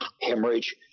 hemorrhage